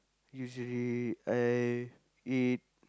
usually I eat